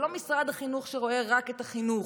זה לא משרד החינוך שרואה רק את החינוך,